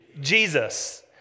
Jesus